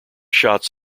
shots